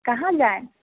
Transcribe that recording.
कहाँ जायम